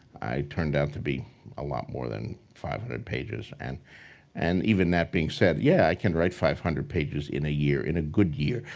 i turned out to be a lot more than five hundred pages. and and even that being said, yeah i can write five hundred pages in a year. in a good year.